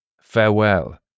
Farewell